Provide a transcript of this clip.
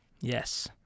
Yes